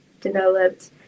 developed